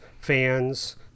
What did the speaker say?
fans